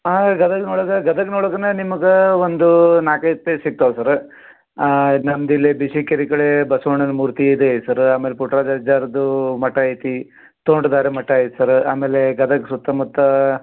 ಹಾಂ ಗದಗ್ನೊಳಗೆ ಗದಗ್ನೊಳಗೆನ ನಿಮ್ಗೆ ಒಂದು ನಾಲ್ಕೈದು ಪ್ಲೇಸ್ ಸಿಗ್ತವೆ ಸರ್ ನಮ್ದು ಇಲ್ಲೇ ಬಿಸಿ ಕೆರೆ ಕಡೆ ಬಸವಣ್ಣನ ಮೂರ್ತಿ ಇದೆ ಸರ ಆಮೇಲೆ ಪುಟ್ರಾಜ ಅಜ್ಜಾರದು ಮಠ ಐತಿ ತೋಂಟ್ದಾರ ಮಠ ಐತೆ ಸರ ಆಮೇಲೆ ಗದಗ ಸುತ್ತಮುತ್ತ